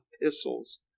epistles